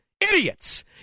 idiots